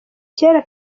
cyera